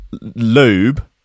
lube